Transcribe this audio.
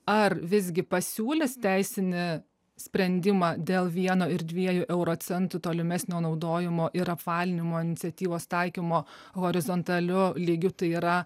ar visgi pasiūlys teisinį sprendimą dėl vieno ir dviejų euro centų tolimesnio naudojimo ir apvalinimo iniciatyvos taikymo horizontaliu lygiu tai yra